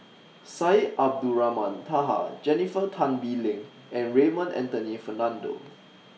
Syed Abdulrahman Taha Jennifer Tan Bee Leng and Raymond Anthony Fernando